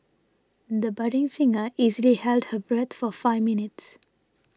the budding singer easily held her breath for five minutes